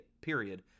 period